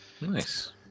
Nice